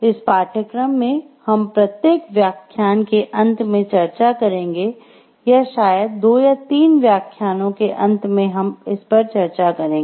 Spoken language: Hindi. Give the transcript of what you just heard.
इस पाठ्यक्रम में हम प्रत्येक व्याख्यान के अंत में चर्चा करेंगे या शायद दो या तीन व्याख्यानों के अंत में हम इस पर चर्चा करेंगे